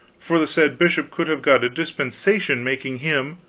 for the said bishop could have got a dispensation making him,